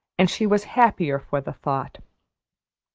and she was happier for the thought.